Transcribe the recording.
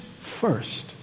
first